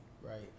right